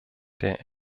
der